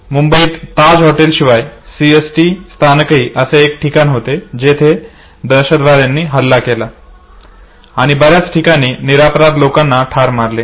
मुंबईत ताज हॉटेल शिवाय सीएसटी स्थानकही अस एक ठिकाण होते जेथे दहशतवाद्यांनी हल्ला केला आणि बऱ्याच ठिकाणी निरपराध लोकांना ठार मारले